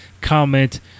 comment